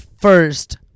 first